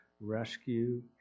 rescue